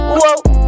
Whoa